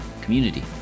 community